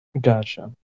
Gotcha